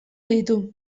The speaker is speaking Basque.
ditu